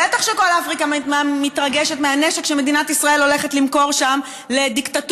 בטח שכל אפריקה מתרגשת מהנשק שמדינת ישראל הולכת למכור שם לדיקטטורות